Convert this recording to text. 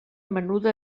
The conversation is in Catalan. menuda